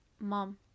mom